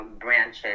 branches